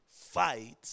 fight